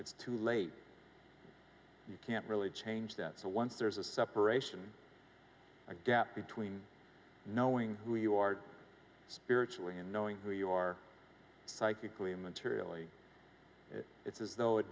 it's too late you can't really change that so once there's a separation a gap between knowing who you are spiritually and knowing who you are psychically materially it's as though it